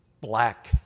black